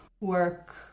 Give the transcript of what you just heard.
work